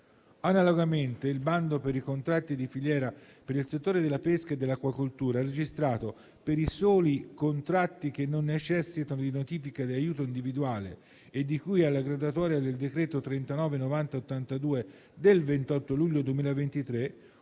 Analogamente, il bando per i contratti di filiera per il settore della pesca e dell'acquacoltura ha registrato, per i soli contratti che non necessitano di notifica e di aiuto individuale e di cui alla graduatoria del decreto n. 399082 del 28 luglio 2023,